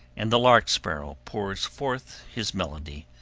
and the lark-sparrow pours forth his melody,